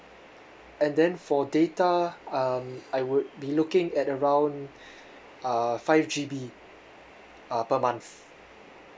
and then for data um I would be looking at around uh five G_B uh per month